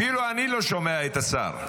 אפילו אני לא שומע את השר.